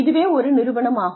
இதுவே ஒரு நிறுவனமாகும்